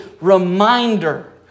reminder